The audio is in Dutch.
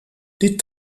dit